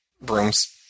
brooms